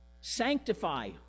Sanctify